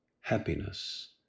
happiness